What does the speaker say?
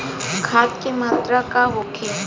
खाध के मात्रा का होखे?